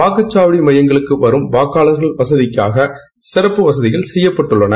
வாக்குச்சாவடி மையங்களுக்கு வரும் வாக்காளர்களின் வகதிக்காக சிறப்பு வசதிகள் செய்யப்பட்டுள்ளன